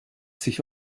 sich